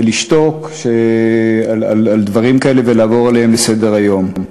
לשתוק על דברים כאלה ולעבור עליהם לסדר-היום.